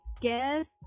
guess